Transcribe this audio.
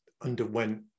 underwent